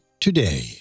today